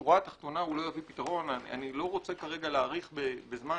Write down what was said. בשורה התחתונה הוא לא יביא פתרון אני לא רוצה כרגע להאריך בזמן,